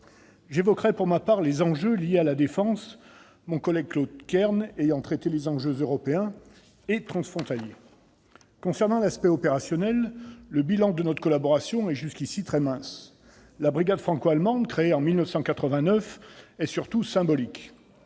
J'évoquerai pour ma part les enjeux liés à la défense, mon collègue Claude Kern ayant traité des enjeux européens et transfrontaliers. Concernant l'aspect opérationnel, le bilan de notre collaboration est jusqu'ici très mince. La brigade franco-allemande, créée en 1989, est surtout symbolique.